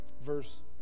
verse